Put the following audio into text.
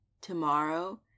tomorrow